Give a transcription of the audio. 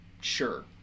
Sure